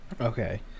Okay